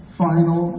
final